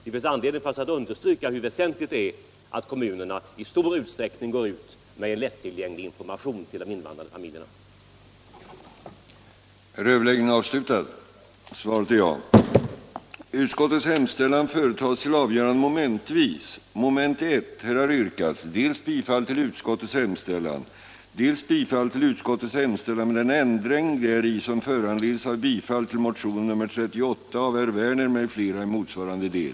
Det finns anledning för oss att understryka hur väsentligt det är att kommunerna i stor utsträckning går ut med information till de invandrade familjerna. den det ej vill röstar nej. den det ej vill röstar nej.